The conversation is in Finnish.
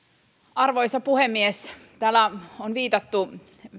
arvoisa puhemies täällä on viitattu